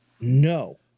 No